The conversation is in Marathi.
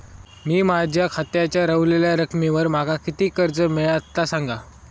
मी माझ्या खात्याच्या ऱ्हवलेल्या रकमेवर माका किती कर्ज मिळात ता सांगा?